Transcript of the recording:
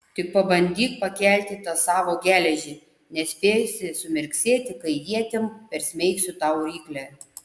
tik pabandyk pakelti tą savo geležį nespėsi sumirksėti kai ietim persmeigsiu tau ryklę